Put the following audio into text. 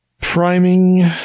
priming